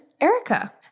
Erica